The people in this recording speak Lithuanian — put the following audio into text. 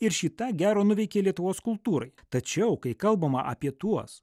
ir šį tą gero nuveikė lietuvos kultūrai tačiau kai kalbama apie tuos